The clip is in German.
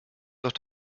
doch